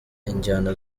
injyana